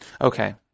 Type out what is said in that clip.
Okay